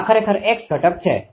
આ ખરેખર x ઘટક છે